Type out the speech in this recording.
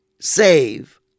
save